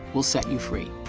will set you free.